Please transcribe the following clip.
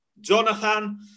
Jonathan